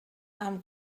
amb